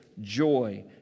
joy